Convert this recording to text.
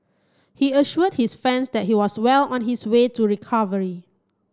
he assured his fans that he was well on his way to recovery